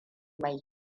mai